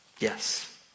Yes